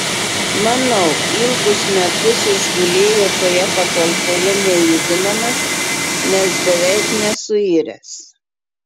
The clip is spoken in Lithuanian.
manau ilgus metus išgulėjo toje patalpoje nejudinamas nes beveik nesuiręs